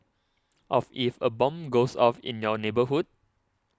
of if a bomb goes off in your neighbourhood